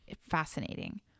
fascinating